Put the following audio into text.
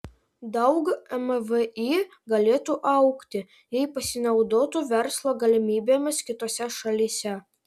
daug mvį galėtų augti jei pasinaudotų verslo galimybėmis kitose šalyse